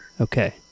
Okay